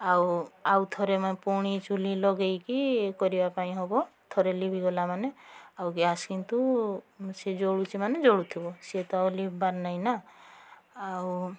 ଆଉ ଆଉ ଥରେ ମୁଁ ପୁଣି ଚୁଲି ଲଗାଇକି ଏଇ କରିବା ପାଇଁ ହେବ ଥରେ ଲିଭିଗଲା ମାନେ ଆଉ ଗ୍ୟାସ୍ କିନ୍ତୁ ସିଏ ଜଳୁଛି ମାନେ ଜଳୁଥିବ ସିଏ ତ ଆଉ ଲିଭିବାର ନାହିଁ ନା ଆଉ